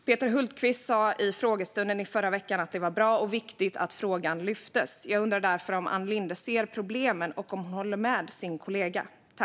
Peter Hultqvist sa under frågestunden i förra veckan att det var bra och viktigt att frågan lyftes upp. Jag undrar därför om Ann Linde ser problemen och om hon håller med sin kollega.